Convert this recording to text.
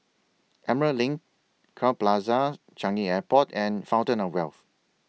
Emerald LINK Crowne Plaza Changi Airport and Fountain of Wealth